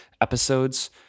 episodes